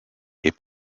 est